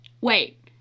Wait